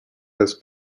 has